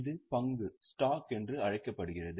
இது பங்கு என்றும் அழைக்கப்படுகிறது